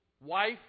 wife